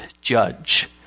judge